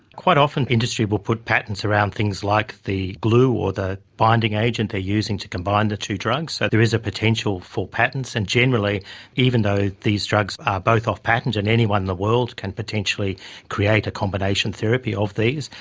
quite often industry will put patents around things like the glue or the binding agent they're using to combine the two drugs, so there is a potential for patents, and generally even though these drugs are both off-patent and anyone in the world can potentially create a combination therapy of these,